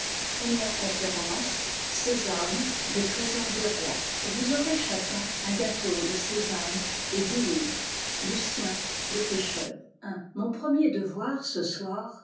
première conférence je t des trésors des rois vous aurgz chacun un gâteau de sésame et dixhvrea b lucten z e ëeaekr ï mon premier devoir ce soir